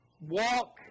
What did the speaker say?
walk